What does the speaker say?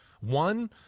One